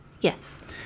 Yes